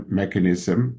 mechanism